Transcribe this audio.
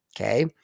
Okay